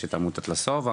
יש את עמותת לשובע,